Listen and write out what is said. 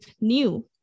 new